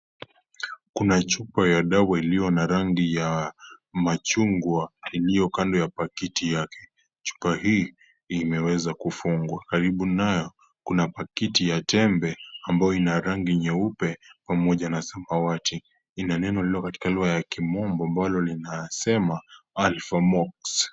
Kuna chupa ya dawa iliyo na rangi ya machungwa iliyo kando ya pakiti yake, chupa hii imeweza kufungwa , karibu nayo kuna pakiti ya tembe ambayo ina rangi nyeupe pamoja na samawati ina neno lililo katika lugha ya kimombo ambalo linasema Alphamox .